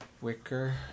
Wicker